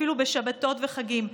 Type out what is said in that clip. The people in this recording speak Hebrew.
אפילו בשבתות וחגים.